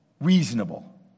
Reasonable